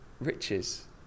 riches